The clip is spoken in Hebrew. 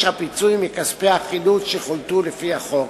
הפיצוי מכספי החילוט שחולטו לפי החוק.